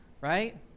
right